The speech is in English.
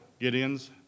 Gideons